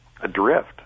adrift